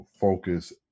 focus